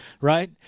right